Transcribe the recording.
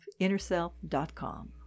InnerSelf.com